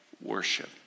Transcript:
worship